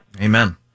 Amen